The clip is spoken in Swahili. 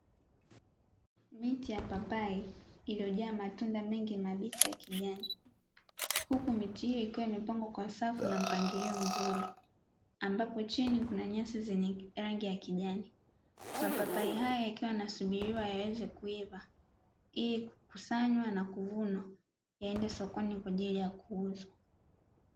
Miti ya papai iliyojaa matunda mengi mabichi ya kijani huku miti hiyo ikiwa imepangwa kwa safu na mpangilio mzuri ambapo chini kuna nyasi zenye rangi ya kijani, mapapai haya yakiwa yanasubiriwa yaweze kuiva ili kukusanywa na kuvunwa yaende sokoni kwajili kuuzwa.